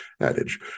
adage